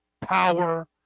power